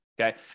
Okay